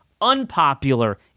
unpopular